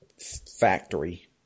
Factory